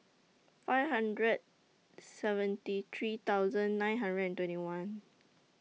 five hundred seventy three thousand nine hundred and twenty one